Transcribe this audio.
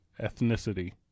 ethnicity